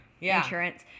insurance